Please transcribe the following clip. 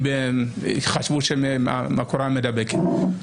כי חשבו שהקורונה מידבקת.